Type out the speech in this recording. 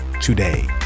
today